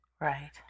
Right